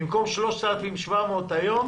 במקום 3,700 היום